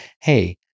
hey